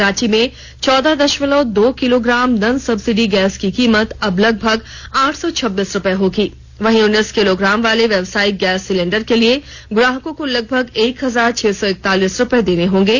रांची में चौदह दशमलव दो किलोग्राम नन सब्सिडी गैस की कीमत अब लगभग आठ सौ छब्बीस रुपए होगी वहीं उन्नीस किलोग्राम वाले व्यवसायिक गैस सिलिंडर के लिए ग्राहकों को लगभग एक हजार छह सौ इकतालीस रुपए देने होंगे